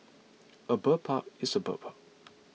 a bird park is a bird park